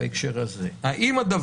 ואת זה הראיתי במחקר שעשיתי יחד עם ד"ר